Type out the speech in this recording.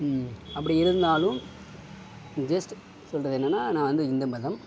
அப்படி இருந்தாலும் ஜஸ்ட் சொல்வது என்னெனா நான் வந்து இந்து மதம்